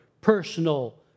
personal